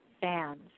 fans